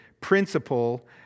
principle